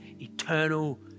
eternal